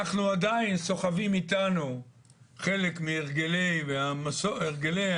אנחנו עדיין סוחבים איתנו חלק מהרגלי העבר,